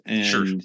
Sure